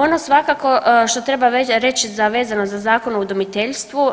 Ono svakako što treba reći vezano za Zakon o udomiteljstvu